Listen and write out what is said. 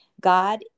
God